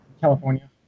California